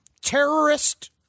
terrorist